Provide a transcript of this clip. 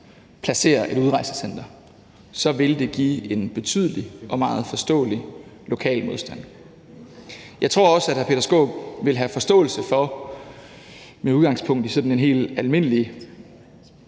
placerer et udrejsecenter, vil det give en betydelig og meget forståelig lokal modstand. Jeg tror også, at hr. Peter Skaarup vil have forståelse for, med udgangspunktet i sådan en helt almindelig